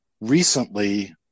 recently